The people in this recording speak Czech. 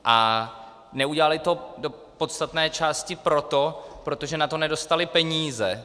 A neudělali to v podstatné části proto, protože na to nedostali peníze.